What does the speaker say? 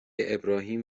ابراهیم